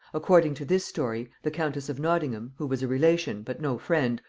according to this story, the countess of nottingham, who was a relation, but no friend,